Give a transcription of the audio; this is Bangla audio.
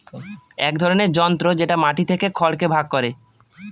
এক ধরনের যন্ত্র যেটা মাটি থেকে খড়কে ভাগ করে